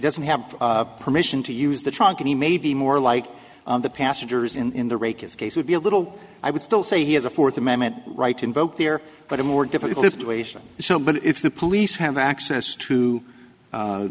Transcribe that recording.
doesn't have permission to use the trunk and he may be more like the passengers in the rake its case would be a little i would still say he has a fourth amendment right invoke there but a more difficult situation so but if the police have access to